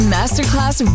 Masterclass